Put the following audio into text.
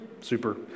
super